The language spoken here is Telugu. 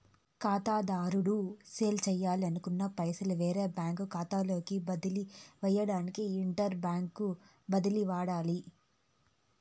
కాతాదారుడు సెల్లించాలనుకున్న పైసలు వేరే బ్యాంకు కాతాలోకి బదిలీ సేయడానికి ఇంటర్ బ్యాంకు బదిలీని వాడాల్ల